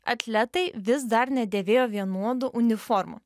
atletai vis dar nedėvėjo vienodų uniformų